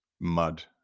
mud